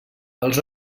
els